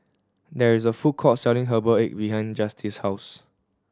there is a food court selling herbal egg behind Justice's house